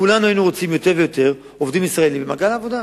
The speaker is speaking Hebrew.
כולנו היינו רוצים יותר ויותר עובדים ישראלים במעגל העבודה.